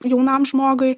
jaunam žmogui